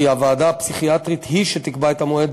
וכי הוועדה הפסיכיאטרית היא שתקבע את המועד